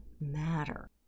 matter